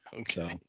okay